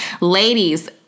Ladies